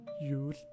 use